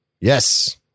Yes